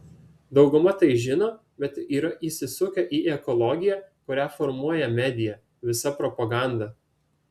dauguma tai žino bet yra įsisukę į ekologiją kurią formuoja medija visa propaganda